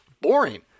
boring